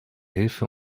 hilfe